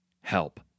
help